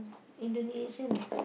Indonesian ah